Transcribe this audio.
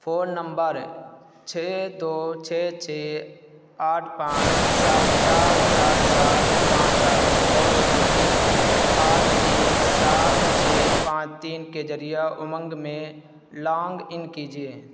phone number چھ دو چھ چھ آٹھ پانچ چار سات سات پانچ آٹھ اور او ٹی پی آٹھ تین سات چھ پانچ تین کے ذریعے امنگ میں لانگ ان کیجیے